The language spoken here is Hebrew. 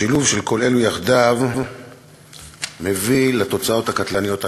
השילוב של כל אלו יחדיו מביא לתוצאות הקטלניות האלה.